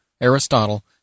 Aristotle